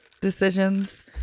decisions